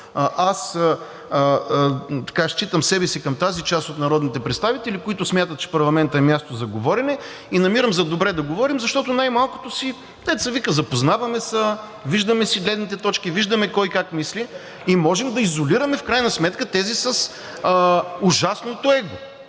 аз считам себе си към тази част от народните представители, които смятат, че парламентът е място за говорене, и намирам за добре да говорим, защото най-малкото, дето се вика, запознаваме се, виждаме си гледните точки, виждаме кой как мисли и можем да изолираме в крайна сметка тези с ужасното его.